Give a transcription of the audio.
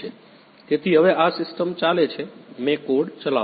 તેથી હવે આ સિસ્ટમ ચાલે છે મેં કોડ ચલાવ્યો છે